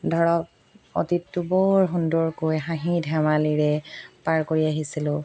ধৰক অতীতটো বৰ সুন্দৰকৈ হাঁহি ধেমালিৰে পাৰ কৰি আহিছিলোঁ